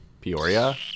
Peoria